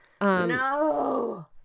No